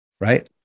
Right